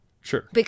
Sure